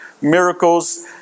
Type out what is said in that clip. miracles